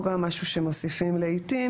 פה גם משהו שמוסיפים לעיתים,